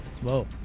Whoa